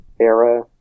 era